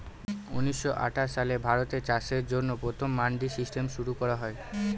উনিশশো আঠাশ সালে ভারতে চাষের জন্য প্রথম মান্ডি সিস্টেম শুরু করা হয়